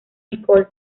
nicole